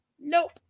Nope